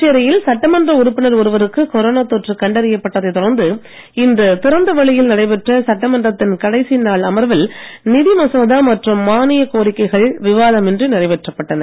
புதுச்சேரியில் சட்டமன்ற உறுப்பினர் ஒருவருக்கு கொரோனா தொற்று கண்டறியப் பட்டதை தொடர்ந்து இன்று திறந்த வெளியில் நடைபெற்ற சட்டமன்றத்தின் கடைசி நாள் அமர்வில் நிதி மசோதா மற்றும் மானிய கோரிக்கைகள் விவாதம் இன்றி நிறைவேற்றப்பட்டன